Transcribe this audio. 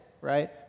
Right